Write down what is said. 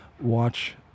watch